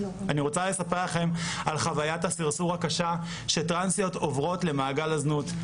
אני רוצה לספר לכן על חווית הסרסור הקשה שטרנסיות עוברות למגל הזנות.